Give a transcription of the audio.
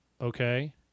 okay